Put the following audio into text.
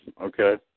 okay